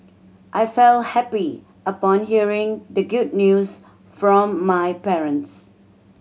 I felt happy upon hearing the good news from my parents